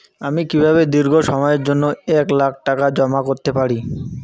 আমি কিভাবে দীর্ঘ সময়ের জন্য এক লাখ টাকা জমা করতে পারি?